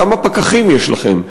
כמה פקחים יש לכם?